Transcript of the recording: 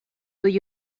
will